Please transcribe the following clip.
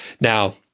Now